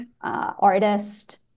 artist